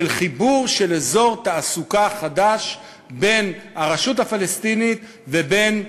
חיבור של אזור תעסוקה חדש בין הרשות הפלסטינית לבין ישראל.